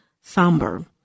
somber